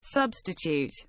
substitute